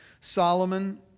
Solomon